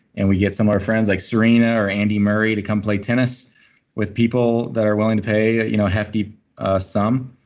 and we get some of our friends like serena or andy murray to come play tennis with people that are willing to pay you know half the sum.